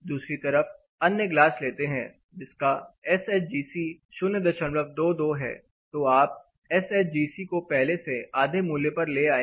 दूसरी तरफ अन्य ग्लास लेते हैं जिसका एस एच जी सी 022 है तो आप एस एच जी सी को पहले से आधे मूल्य पर ले आए हैं